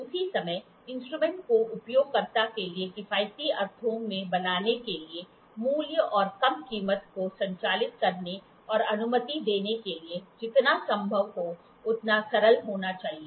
उसी समय इंस्ट्रूमेंट को उपयोगकर्ता के लिए किफायती अर्थों में बनाने के लिए मूल्य और कम कीमत को संचालित करने और अनुमति देने के लिए जितना संभव हो उतना सरल होना चाहिए